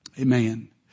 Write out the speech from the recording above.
Amen